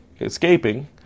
escaping